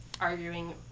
arguing